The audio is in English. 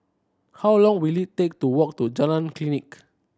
how long will it take to walk to Jalan Klinik